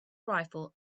rifle